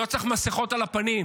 לא צריך מסכות על הפנים.